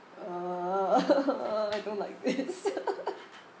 uh I don't like this